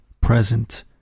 present